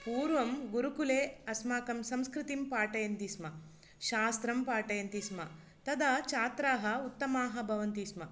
पूर्वं गुरुकुले अस्माकं संस्कृतिं पाठयन्ति स्म शास्त्रं पाठयन्ति स्म तदा छात्राः उत्तमाः भवन्ति स्म